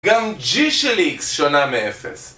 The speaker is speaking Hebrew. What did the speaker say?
גם ג'ישליקס שונה מאפס